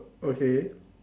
okay